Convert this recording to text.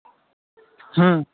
হুম